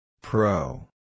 Pro